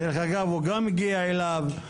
דרך אגב, הוא גם הגיע אליו.